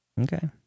Okay